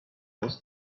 was